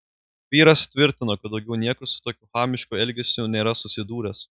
vyras tvirtino kad daugiau niekur su tokiu chamišku elgesiu nėra susidūręs